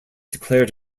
declared